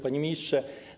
Panie Ministrze!